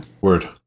Word